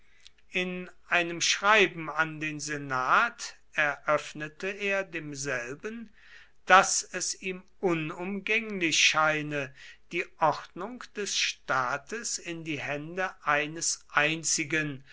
in einem schreiben an den senat eröffnete er demselben daß es ihm unumgänglich scheine die ordnung des staates in die hände eines einzigen